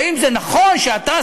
האם זה נכון שאתה,